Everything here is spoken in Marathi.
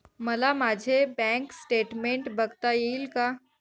मला माझे बँक स्टेटमेन्ट बघता येईल का?